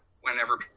whenever